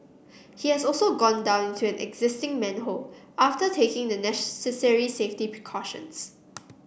he has also gone down into an existing manhole after taking the necessary safety precautions